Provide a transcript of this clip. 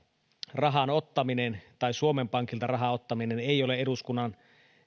rahan ottaminen tai suomen pankilta rahan ottaminen ei ole eduskunnan